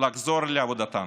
לחזור לעבודתן,